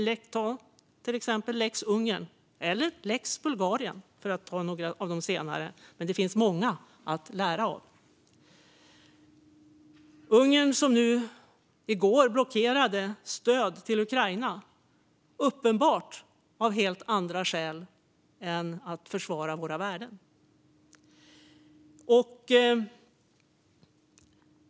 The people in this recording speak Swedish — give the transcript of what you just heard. Lex Ungern och lex Bulgarien är ett par av de senare exemplen, men det finns många fler att lära av. Ungern blockerade i går stöd till Ukraina - uppenbart av helt andra skäl än att de ville försvara våra värden.